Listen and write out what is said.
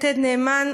"יתד נאמן",